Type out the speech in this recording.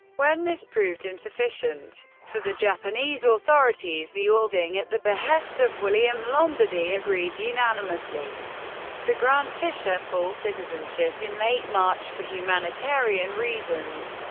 when this proved insufficient for the japanese ah authorities, the althing, at the behest of william lombardy, agreed unanimously to grant fischer full citizenship in late march for humanitarian reasons,